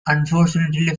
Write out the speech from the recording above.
unfortunately